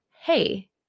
hey